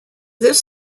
this